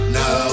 no